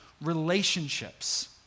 relationships